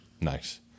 Nice